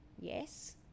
Yes